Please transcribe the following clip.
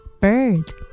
bird